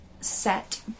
set